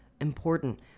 important